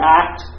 act